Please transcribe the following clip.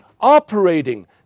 operating